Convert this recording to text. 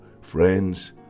Friends